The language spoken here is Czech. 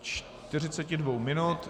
Čtyřiceti dvou minut.